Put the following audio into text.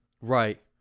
Right